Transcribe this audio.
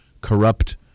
corrupt